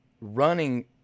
running